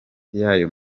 y’ayo